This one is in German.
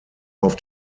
auf